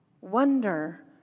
wonder